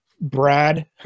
Brad